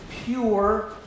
pure